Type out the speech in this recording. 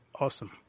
awesome